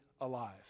alive